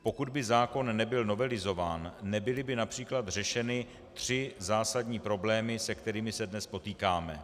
Pokud by zákon nebyl novelizován, nebyly by například řešeny tři zásadní problémy, se kterými se dnes potýkáme.